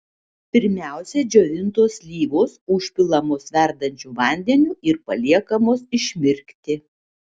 pirmiausia džiovintos slyvos užpilamos verdančiu vandeniu ir paliekamos išmirkti